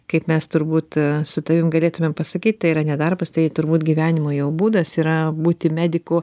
kaip mes turbūt su tavim galėtumėm pasakyti tai yra nedarbas tai turbūt gyvenimo jau būdas yra būti mediku